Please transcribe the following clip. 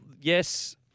yes